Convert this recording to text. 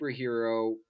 superhero